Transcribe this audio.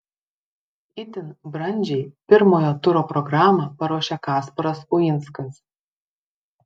itin brandžiai pirmojo turo programą paruošė kasparas uinskas